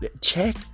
check